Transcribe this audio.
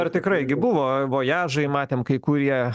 ar tikrai gi buvo vojažai matėm kai kurie